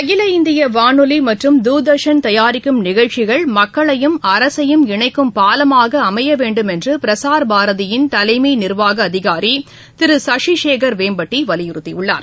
அகில இந்திய வானொலி மற்றும் தூர்தர்ஷன் தாயாரிக்கும் நிகழ்ச்சிகள் மக்களையும் அரசையும் இணைக்கும் பாலமாக அமைய வேண்டுமென்று பிரஸாா் பாரதியின் தலைமை நிா்வாக அதிகாரி திரு சசிசேகா் வேம்பட்டி வலியுறுத்தியுள்ளார்